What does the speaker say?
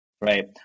right